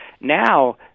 Now